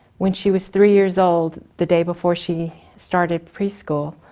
when she was three years old, the day before she started preschool,